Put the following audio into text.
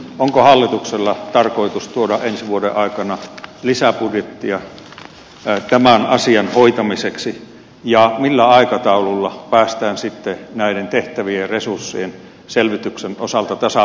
onko hallituksella tarkoitus tuoda ensi vuoden aikana lisäbudjettia tämän asian hoitamiseksi ja millä aikataululla päästään sitten näiden tehtävien ja resurssien selvityksen osalta tasapainoon